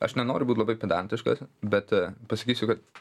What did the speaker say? aš nenoriu būt labai pedantiškas bet pasakysiu kad